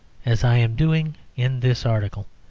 as i am doing in this article.